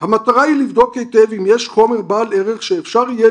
'המטרה היא לבדוק היטב אם יש חומר בעל ערך שאפשר יהיה